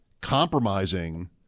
compromising –